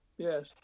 Yes